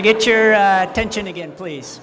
i get your attention again please